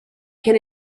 can